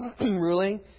ruling